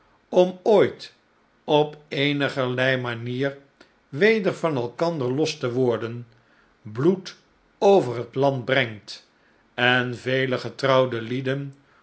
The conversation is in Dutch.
om ooit op eenigerlei manier weder van elkander los te worden bloed over het land brengt en vele getrouwde lieden